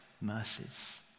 mercies